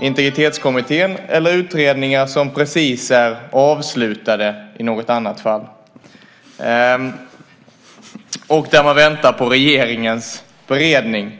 Integritetsskyddskommittén, eller utredningar som precis är avslutade i något annat fall och där man väntar på regeringens beredning.